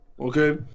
okay